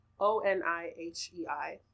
O-N-I-H-E-I